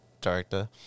director